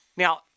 Now